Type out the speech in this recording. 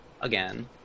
again